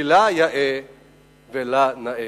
כי לה יאה ולה נאה.